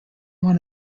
won